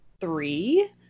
three